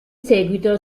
seguito